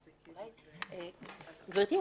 גברתי,